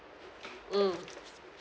mm